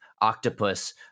octopus